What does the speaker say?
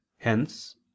Hence